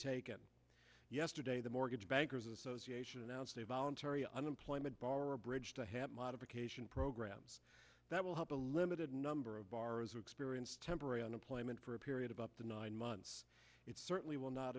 taken yesterday the mortgage bankers association announced a voluntary unemployment bar a bridge to have modification programs that will help a limited number of bars experience temporary unemployment for a period of up to nine months it certainly will not